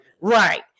Right